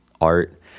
art